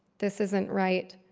this isn't right.